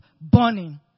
burning